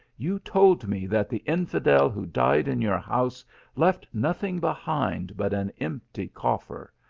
you told me that the infidel who died in your house left nothing behind but an empty coffer,